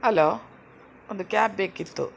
hello ಒಂದು cab ಬೇಕಿತ್ತು